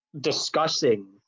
Discussing